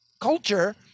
culture